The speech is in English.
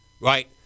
right